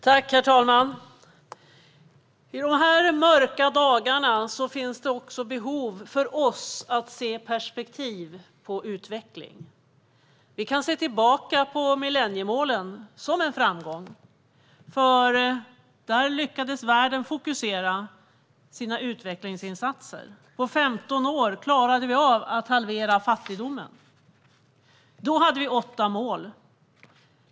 Herr talman! I de här mörka dagarna finns det behov hos oss att få perspektiv på utvecklingen. Vi kan se tillbaka på millenniemålen som en framgång. Där lyckades världen fokusera sina utvecklingsinsatser. På 15 år klarade vi av att halvera fattigdomen. Då hade vi åtta mål.